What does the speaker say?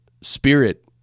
spirit